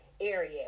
area